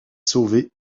sauvé